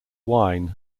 wine